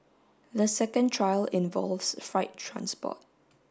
the second trial involves fright transport